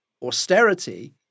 austerity